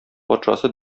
патшасы